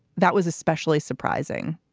that was especially surprising.